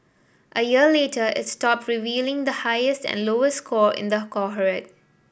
a year later it stopped revealing the highest and lowest score in the cohort